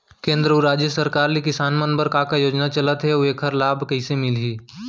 केंद्र अऊ राज्य सरकार ले किसान मन बर का का योजना चलत हे अऊ एखर लाभ कइसे मिलही?